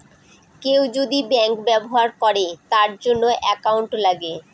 কেউ যদি ব্যাঙ্ক ব্যবহার করে তার জন্য একাউন্ট লাগে